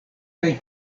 kaj